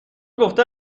گفته